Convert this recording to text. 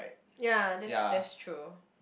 ya that's that's true